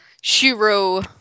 Shiro